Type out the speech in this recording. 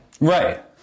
Right